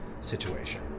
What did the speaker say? situation